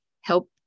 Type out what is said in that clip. help